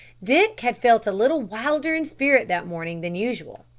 dick had felt a little wilder in spirit that morning than usual,